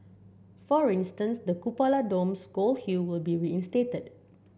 for instance the cupola dome's gold hue will be reinstated